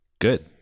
Good